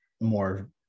more